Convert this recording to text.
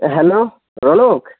hello Alok